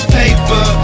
paper